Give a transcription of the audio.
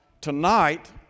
tonight